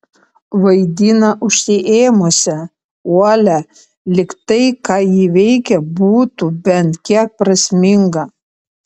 vaidina užsiėmusią uolią lyg tai ką ji veikia būtų bent kiek prasminga